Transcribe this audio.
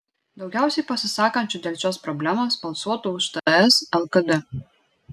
daugiausiai pasisakančių dėl šios problemos balsuotų už ts lkd